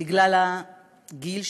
בגלל הגיל שלהם,